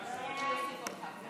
חבר הכנסת פינדרוס, בעד?